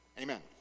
amen